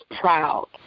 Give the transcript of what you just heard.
proud